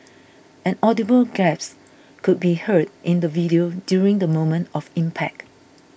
an audible gasp could be heard in the video during the moment of impact